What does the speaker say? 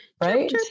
Right